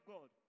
God